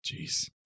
Jeez